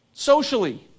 Socially